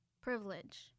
privilege